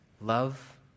Love